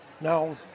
Now